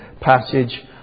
passage